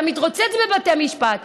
אתה מתרוצץ בבתי משפט,